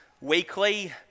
weekly